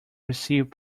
receive